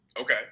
Okay